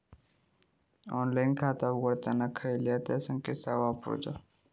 Online खाता उघडताना खयला ता संकेतस्थळ वापरूचा?